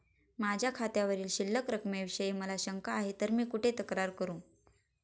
माझ्या खात्यावरील शिल्लक रकमेविषयी मला शंका आहे तर मी कुठे तक्रार करू?